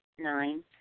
Nine